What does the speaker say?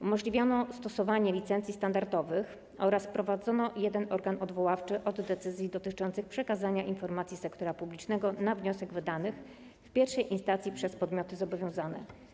Umożliwiono stosowanie licencji standardowych oraz wprowadzono jeden organ odwoławczy od decyzji dotyczących przekazania informacji sektora publicznego na wniosek wydany w I instancji przez podmioty zobowiązane.